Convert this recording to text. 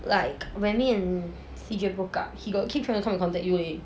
like when me and C_J broke up he got coming and contact you eh